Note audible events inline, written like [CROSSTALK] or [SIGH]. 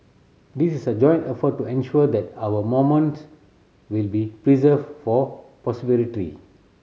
this is a joint effort to ensure that our monuments will be preserved for [UNINTELLIGIBLE]